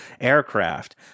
aircraft